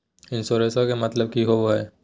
इंसोरेंसेबा के मतलब की होवे है?